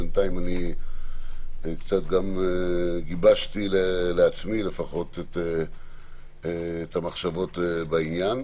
בינתיים אני גם גיבשתי לעצמי לפחות את המחשבות בעניין.